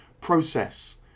process